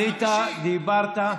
עלית, דיברת.